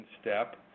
step